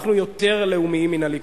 אנחנו יותר לאומיים מן הליכוד,